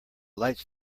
lights